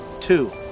Two